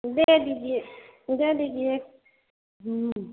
दे दीजिए दे दीजिए